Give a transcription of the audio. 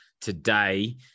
today